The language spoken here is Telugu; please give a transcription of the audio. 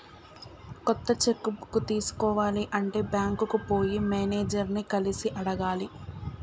కొత్త చెక్కు బుక్ తీసుకోవాలి అంటే బ్యాంకుకు పోయి మేనేజర్ ని కలిసి అడగాలి